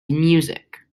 music